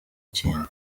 kintu